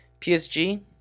PSG